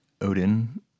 Odin